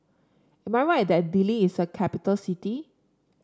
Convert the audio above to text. am I right that Dili is a capital city